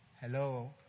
hello